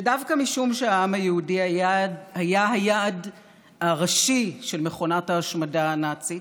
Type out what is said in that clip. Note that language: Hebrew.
ודווקא משום שהעם היהודי היה היעד הראשי של מכונת ההשמדה הנאצית